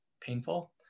painful